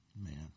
man